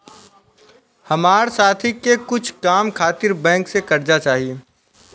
हमार साथी के कुछ काम खातिर बैंक से कर्जा चाही